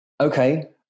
Okay